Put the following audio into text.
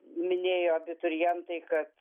minėjo abiturientai kad